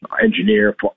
engineer